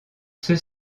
ceux